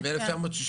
מ-1969.